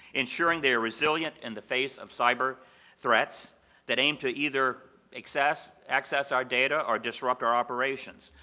ensuring they are resilient in the face of cyber threats that aim to either access access our data or disrupt our operations.